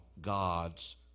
God's